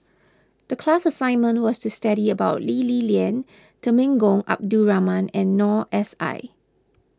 the class assignment was to study about Lee Li Lian Temenggong Abdul Rahman and Noor S I